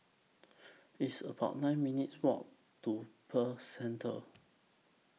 It's about nine minutes' Walk to Pearl Centre